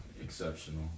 exceptional